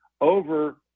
over